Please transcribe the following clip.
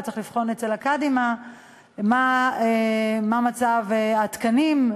וצריך לבחון אצל הקאדים מה מצב התקנים,